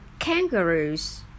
Kangaroos